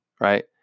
right